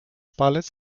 palec